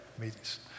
meetings